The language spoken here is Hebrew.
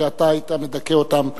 שאתה היית מדכא אותם שנתיים,